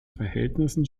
verhältnissen